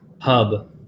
hub